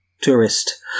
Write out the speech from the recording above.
tourist